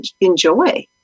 enjoy